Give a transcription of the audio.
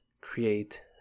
create